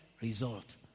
result